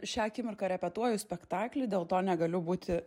šią akimirką repetuoju spektaklį dėl to negaliu būti